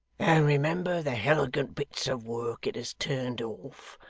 and remember the helegant bits of work it has turned off,